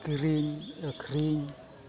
ᱠᱤᱨᱤᱧ ᱟᱹᱠᱷᱨᱤᱧ